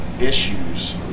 issues